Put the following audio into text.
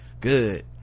Good